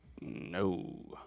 No